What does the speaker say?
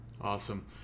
awesome